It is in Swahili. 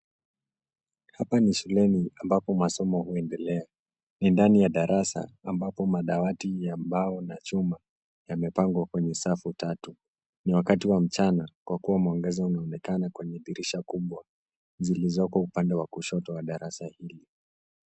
Hapa ni shuleni ambapo masomo huendelea. Ni ndani ya darasa ambapo madawati ya mbao na chuma yamepangwa kwenye safu tatu. Ni wakati wa mchana, kwa kuwa mwangaza unaonekana kwenye dirisha kubwa zilizoko upande wa kushoto wa darasa hili.